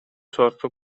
sorto